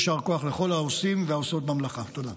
יישר כוח לכל העושים והעושות במלאכה, תודה.